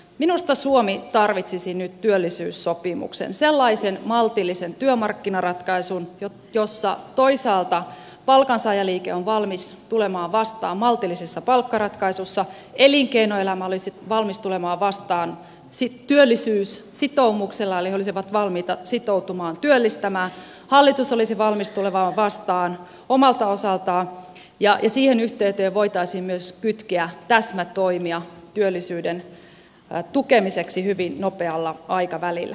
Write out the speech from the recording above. minusta suomi tarvitsisi nyt työllisyyssopimuksen sellaisen maltillisen työmarkkinaratkaisun jossa toisaalta palkansaajaliike on valmis tulemaan vastaan maltillisessa palkkaratkaisussa elinkeinoelämä olisi valmis tulemaan vastaan työllisyyssitoumuksella eli he olisivat valmiita sitoutumaan työllistämään hallitus olisi valmis tulemaan vastaan omalta osaltaan ja siihen yhteyteen voitaisiin myös kytkeä täsmätoimia työllisyyden tukemiseksi hyvin nopealla aikavälillä